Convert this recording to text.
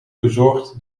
verzorgd